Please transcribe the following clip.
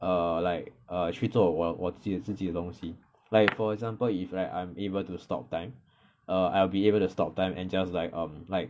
err like err 去做我我自己自己的东西 like for example if right I'm able to stop time err I'll be able to stop time and just like um like